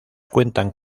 cuentan